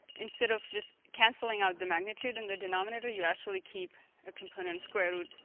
instead of just cancelling out the magnitude in the denominator you actually keep a component square root